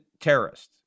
terrorists